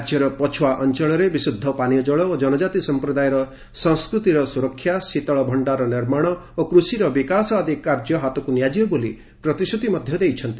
ରାଜ୍ୟର ପଛୁଆ ଅଞ୍ଚଳରେ ବିଶୁଦ୍ଧ ପାନୀୟ ଜଳ ଓ ଜନଜାତି ସଂପ୍ରଦାୟର ସଂସ୍କୃତିର ସୁରକ୍ଷା ଶୀତଳ ଭକ୍ଷାର ନିର୍ମାଣ ଓ କୃଷିର ବିକାଶ ଆଦି କାର୍ଯ୍ୟ ହାତକୁ ନିଆଯିବ ବୋଲି ପ୍ରତିଶ୍ରତି ଦେଇଛନ୍ତି